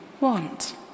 want